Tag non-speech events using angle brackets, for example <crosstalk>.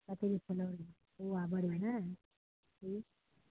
<unintelligible> पुआ बड़ी नहि ठीक